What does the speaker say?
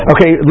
Okay